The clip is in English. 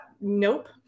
nope